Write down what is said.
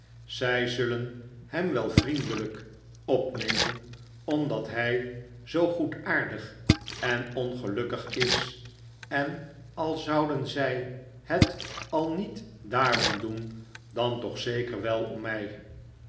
zij zullen hem wel vriendelijk opnemen omdat hij zoo goedaardig en ongelukkig is en al zouden zij het al niet daarom doen dan toch zeker wel om mij